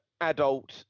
adult